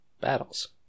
battles